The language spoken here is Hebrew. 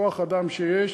בכוח-האדם שיש.